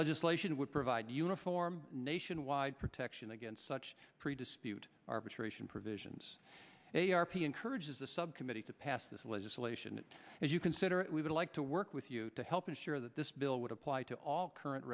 legislation would provide uniform nationwide protection against such pre dispute arbitration provisions a a r p encourages the subcommittee to pass this legislation as you consider it we would like to work with you to help ensure that this bill would apply to all current